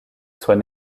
soit